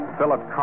Philip